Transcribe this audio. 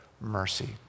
mercy